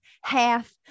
half